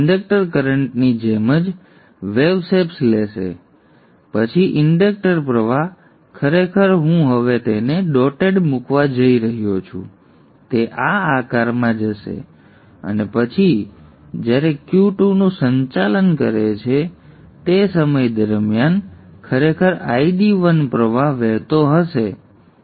તેથી તે ઇન્ડક્ટર કરન્ટની જેમ જ વેવ શેપ્સ લેશે પછી ઇન્ડક્ટર પ્રવાહ ખરેખર હું હવે તેને ડોટેડ મૂકવા જઇ રહ્યો છું તે આ આકારમાં જશે અને પછી જ્યારે Q2 નું સંચાલન કરે છે તે સમય દરમિયાન ખરેખર ID1 પ્રવાહ વહેતો રહેશે નહીં